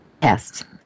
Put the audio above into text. test